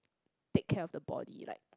take care of the body like